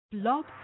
Blog